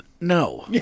No